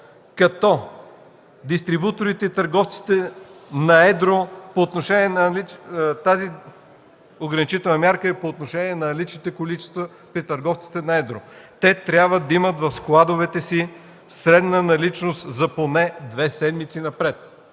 на едро – тази ограничителна мярка е по отношение наличните количества при търговците на едро. Те трябва да имат в складовете си средна наличност за поне две седмици напред,